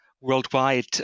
worldwide